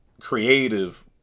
creative